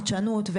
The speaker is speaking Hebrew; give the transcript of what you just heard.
חדשנות,